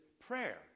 prayer